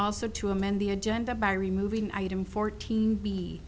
also to amend the agenda by removing item fourteen